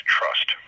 trust